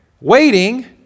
waiting